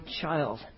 child